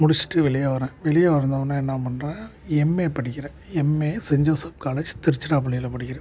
முடிச்சுட்டு வெளியே வர்றேன் வெளியே வந்தவுன்னே என்ன பண்ணுறேன் எம்ஏ படிக்கிறேன் எம்ஏ செண்ட் ஜோசப் காலேஜ் திருச்சிராப்பள்ளியில் படிக்கிறேன்